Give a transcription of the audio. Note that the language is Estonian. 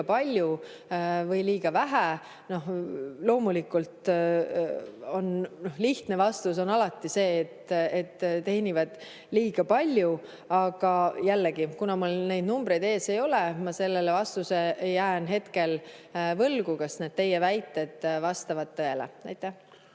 palju või liiga vähe. Loomulikult on lihtne vastus alati see, et teenivad liiga palju. Aga jällegi, kuna mul neid numbreid ees ei ole, siis ma jään praegu vastuse võlgu, kas need teie väited vastavad tõele. Aitäh!